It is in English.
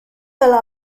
fell